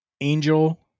Angel